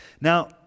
Now